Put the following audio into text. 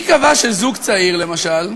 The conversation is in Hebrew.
מי קבע שזוג צעיר, למשל,